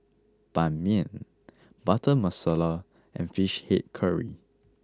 Ban Mian Butter Masala and Fish Head Curry